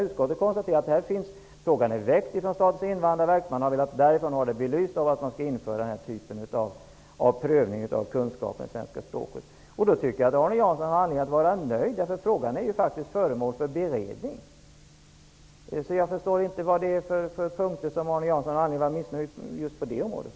Utskottet konstaterar att frågan har väckts av Statens invandrarverk, som har velat ha belyst om man skall införa en typ av prövning av kunskaperna i svenska språket. Frågan är ju faktiskt föremål för beredning, och då tycker jag att Arne Jansson har anledning att vara nöjd. Jag förstår inte varför Arne Jansson skulle ha anledning att vara missnöjd just på det området.